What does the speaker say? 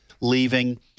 leaving